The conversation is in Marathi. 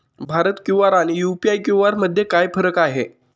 भारत क्यू.आर आणि यू.पी.आय क्यू.आर मध्ये काय फरक आहे?